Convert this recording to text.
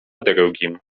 drugim